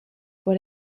por